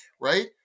Right